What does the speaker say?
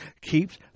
keeps